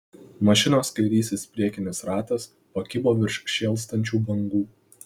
mašinos kairysis priekinis ratas pakibo virš šėlstančių bangų